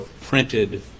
printed